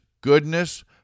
goodness